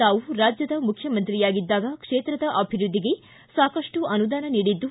ತಾವು ರಾಜ್ಯದ ಮುಖ್ಯಮಂತ್ರಿಯಾಗಿದ್ದಾಗ ಕ್ಷೇತ್ರದ ಅಭಿವೃದ್ಧಿಗೆ ಸಾಕಷ್ಟು ಅನುದಾನ ನೀಡಿದ್ದು